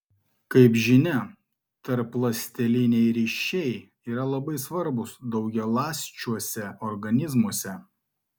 kaip žinia tarpląsteliniai ryšiai yra labai svarbūs daugialąsčiuose organizmuose